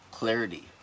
Clarity